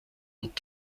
und